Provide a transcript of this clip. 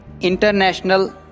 International